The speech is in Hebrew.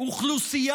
תודה רבה.